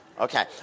Okay